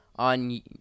on